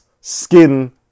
skin